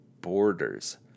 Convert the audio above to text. borders